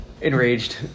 enraged